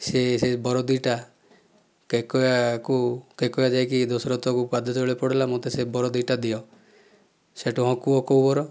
ସେ ସେଇ ବର ଦିଟା କୈକେୟୀକୁ କୈକେୟୀ ଯାଇକି ଦଶରଥକୁ ପାଦ ତଳେ ପଡିଲା ମୋତେ ସେ ବର ଦୁଇଟା ଦିଅ ସେଠୁ ହଁ କୁହ କେଉଁ ବର